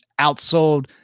outsold